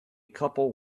couple